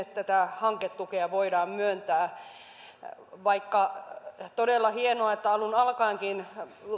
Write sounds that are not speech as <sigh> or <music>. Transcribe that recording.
<unintelligible> tätä hanketukea voidaan myöntää vaikka on todella hienoa että alun alkaenkin